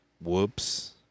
Whoops